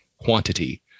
quantity